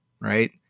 right